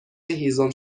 هیزم